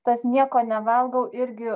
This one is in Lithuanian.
tas nieko nevalgau irgi